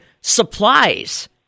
supplies